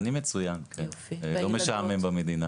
אני מצויין, כן, לא משעמם במדינה.